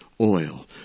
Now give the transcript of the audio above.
oil